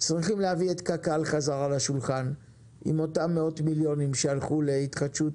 צריכים להביא את קק"ל חזרה לשולחן עם אותם מאות מיליונים שהלכו להתחדשות